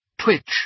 twitch